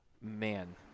man